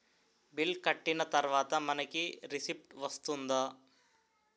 Bill కట్టిన తర్వాత మనకి రిసీప్ట్ వస్తుందా?